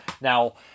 Now